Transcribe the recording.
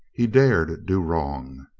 he dared do wrong.